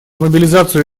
мобилизацию